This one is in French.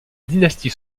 dynastie